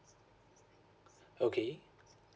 okay